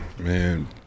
Man